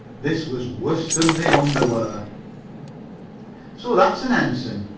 this was worse than the underwear. so that's an ensign!